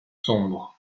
sombre